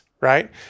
right